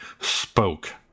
spoke